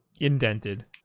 indented